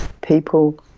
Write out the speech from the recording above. People